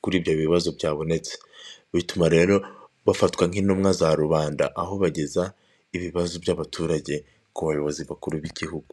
ku ribyo bibazo byabonetse. Bituma rero bafatwa nk' intumwa za rubanda aho bageza ibibazo by' abaturage ku bayobozi bakuru b'igihugu.